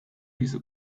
dieser